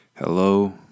Hello